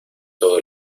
todo